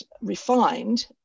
refined